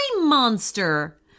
monster